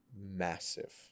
massive